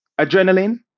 adrenaline